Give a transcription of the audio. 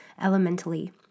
elementally